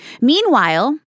Meanwhile